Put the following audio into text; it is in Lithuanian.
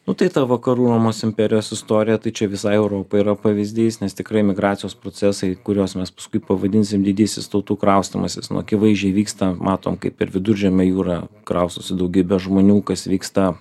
nu tai ta vakarų romos imperijos istorija tai čia visai europai yra pavyzdys nes tikrai migracijos procesai kuriuos mes paskui pavadinsim didysis tautų kraustymasis nu akivaizdžiai vyksta matom kaip per viduržemio jūrą kraustosi daugybė žmonių kas vyksta